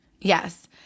yes